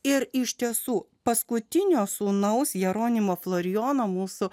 ir iš tiesų paskutinio sūnaus jeronimo florijono mūsų